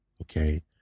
okay